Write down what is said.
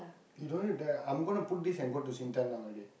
you don't know that I'm gonna put this and go to Singtel now already